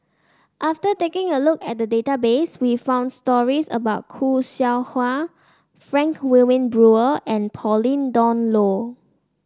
after taking a look at the database we found stories about Khoo Seow Hwa Frank Wilmin Brewer and Pauline Dawn Loh